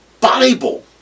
Bible